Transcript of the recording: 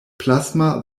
plasma